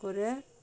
করে